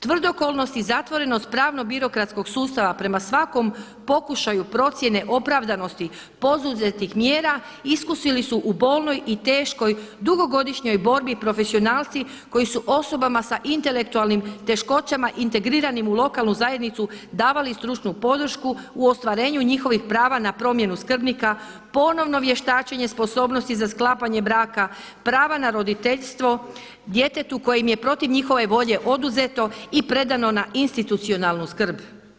Tvrdokornost i zatvorenost pravno birokratskog sustava prema svakom pokušaju procjene opravdanosti poduzetih mjera iskusili su u bolnoj i teškoj dugogodišnjoj borbi profesionalci koji su osobama sa intelektualnim teškoćama integriranim u lokalnu zajednicu davali stručnu podršku u ostvarenju njihovih prava na promjenu skrbnika, ponovno vještačenje sposobnosti za sklapanje braka, prava na roditeljstvo, djetetu kojem je protiv njihove volje oduzeto i predano na institucionalnu skrb.